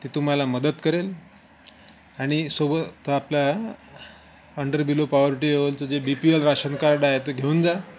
ते तुम्हाला मदत करेल आणि सोबत आपल्या अंडर बिलो पॉवर्टी जे B P L ration card आहे तो घेऊन जा